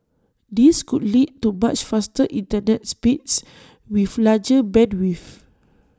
this could lead to much faster Internet speeds with larger bandwidths